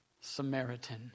Samaritan